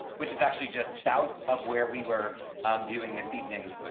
which is actually just south of where we were um doing this evening.